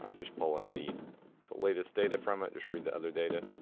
ah just pull in the the latest data from it, just read the other data,